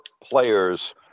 players